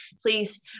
please